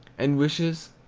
and wishes,